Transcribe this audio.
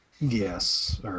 Yes